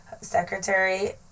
Secretary